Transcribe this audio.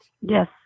yes